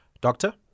Doctor